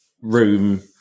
room